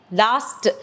last